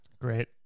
Great